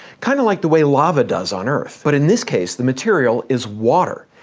kind of like the way lava does on earth. but in this case, the material is water.